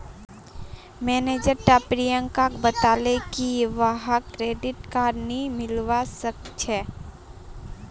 manager टा प्रियंकाक बताले की वहाक क्रेडिट कार्ड नी मिलवा सखछे